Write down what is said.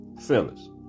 Phyllis